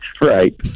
Right